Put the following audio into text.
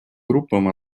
группам